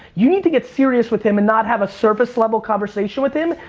you need to get serious with him and not have a surface level conversation with him,